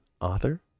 author